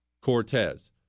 Cortez